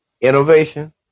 innovation